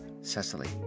Cecily